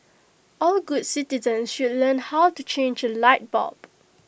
all good citizens should learn how to change A light bulb